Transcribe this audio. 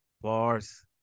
Bars